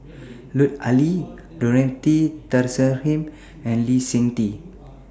Lut Ali Dorothy Tessensohn and Lee Seng Tee